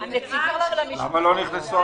אם מישהו רוצה פתרון